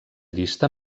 llista